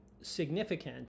significant